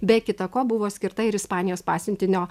be kita ko buvo skirta ir ispanijos pasiuntinio